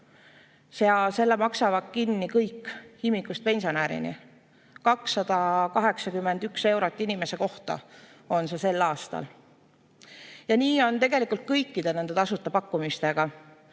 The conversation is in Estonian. Selle maksavad kinni kõik, imikust pensionärini: 281 eurot inimese kohta on see sel aastal. Ja nii on tegelikult kõikide nende tasuta teenustega,